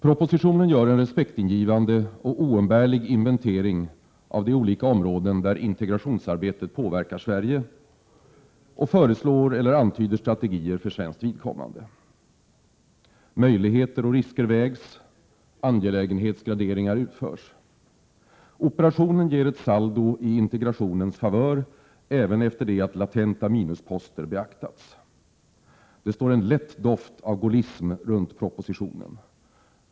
Propositionen gör en respektingivande och oumbärlig inventering av de olika områden där integrationsarbetet påverkar Sverige och föreslår eller antyder strategier för svenskt vidkommande. Möjligheter och risker vägs, angelägenhetsgraderingar utförs. Operationen ger ett saldo i integrationens favör, även efter det att latenta minusposter beaktats. Det står en lätt doft av gaullism runt propositionen.